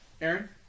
aaron